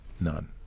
None